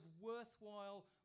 worthwhile